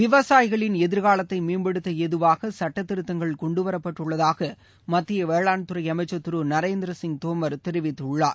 விவசாயிகளின் எதிர்காலத்தை மேம்படுத்த ஏதுவாக சட்டத்திருத்தங்கள் கொண்டு வரப்பட்டுள்ளதாக மத்திய வேளாண்துறை அமைச்சர் திரு நரேந்திரசிங் தோமர் தெரிவித்துள்ளார்